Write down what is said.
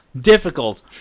difficult